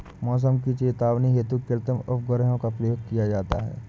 मौसम की चेतावनी हेतु कृत्रिम उपग्रहों का प्रयोग किया जाता है